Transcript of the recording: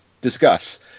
Discuss